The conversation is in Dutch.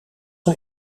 een